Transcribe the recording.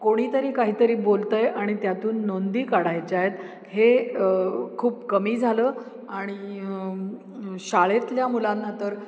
कोणीतरी काहीतरी बोलतं आहे आणि त्यातून नोंदी काढायच्या आहेत हे खूप कमी झालं आणि शाळेतल्या मुलांना तर